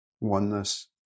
oneness